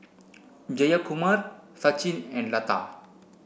Jayakumar Sachin and Lata